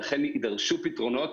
ולכן יידרשו פתרונות,